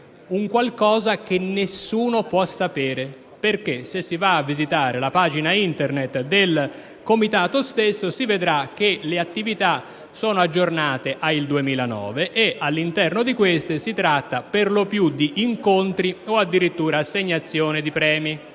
un qualcosa che nessuno può sapere. Se infatti si va a visitare la pagina Internet del Comitato stesso, si vedrà che le attività sono aggiornate al 2009 e che si tratta per lo più di incontri o addirittura assegnazioni di premi,